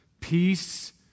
peace